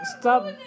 stop